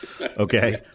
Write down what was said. Okay